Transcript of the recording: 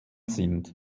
sind